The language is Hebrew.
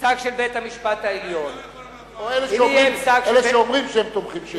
או אלה שאומרים שהם תומכים שלי.